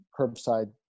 curbside